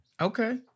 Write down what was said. Okay